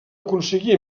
aconseguir